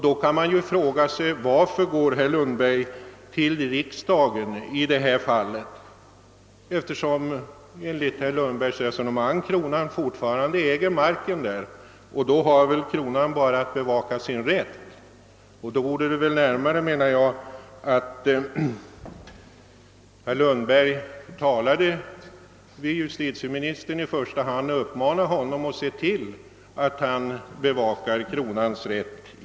Då kan man fråga sig, varför herr Lundberg vänder sig till riksdagen. Eftersom enligt herr Lundbergs resonemang kronan äger marken, har väl kronan bara att bevaka sin rätt. Jag menar att det skulle ligga närmare till hands att herr Lundberg i första hand talade med justitieministern och uppmanade honom att bevaka kronans rätt.